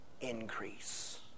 increase